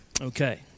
Okay